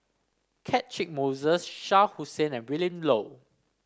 Catchick Moses Shah Hussain and Willin Low